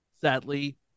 sadly